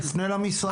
תפנה למשרד.